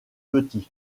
petits